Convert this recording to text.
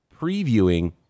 previewing